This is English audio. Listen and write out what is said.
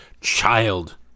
child